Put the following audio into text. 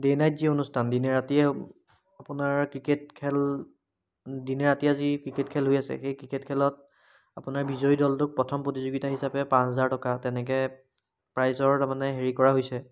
day night যি অনুষ্ঠান দিনে ৰাতিয়ে আপোনাৰ ক্ৰিকেট খেল দিনে ৰাতিয়ে যি ক্ৰিকেট খেল হৈ আছে সেই ক্ৰিকেট খেলত আপোনাৰ বিজয়ী দলটোক প্ৰথম প্ৰতিযোগিতা হিচাপে পাঁচ হাজাৰ টকা তেনেকৈ প্ৰাইজৰ তাৰমানে হেৰি কৰা হৈছে